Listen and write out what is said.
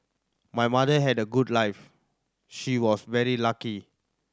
my mother had a good life she was very lucky